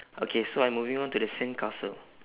okay so I'm moving on to the sandcastle